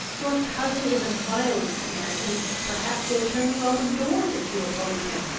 your cousin is a violent man, and perhaps will turn you out of doors, if you oppose him.